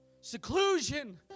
Seclusion